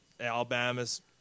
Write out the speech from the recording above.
Alabama's